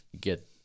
get